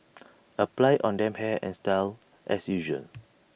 apply on damp hair and style as usual